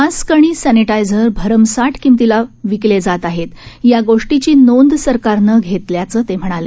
mask आणि sanitiser भरमसाठ किमतीला विरले जात आहेत या गोष्टीची नोंद सरकारनं घालायचं ते म्हणाले